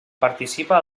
participa